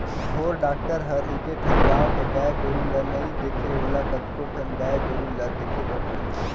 ढोर डॉक्टर हर एके ठन गाँव के गाय गोरु ल नइ देखे ओला कतको ठन गाय गोरु ल देखे बर परथे